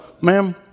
ma'am